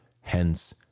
Hence